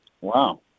Wow